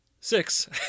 six